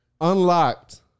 unlocked